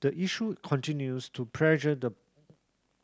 the issue continues to pressure the